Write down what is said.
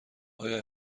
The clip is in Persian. آیا